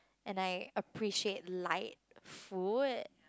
and I appreciate light food